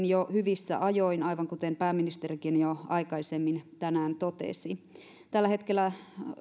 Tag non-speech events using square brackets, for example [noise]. [unintelligible] jo hyvissä ajoin aivan kuten pääministerikin jo aikaisemmin tänään totesi tällä hetkellä